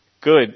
good